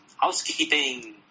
Housekeeping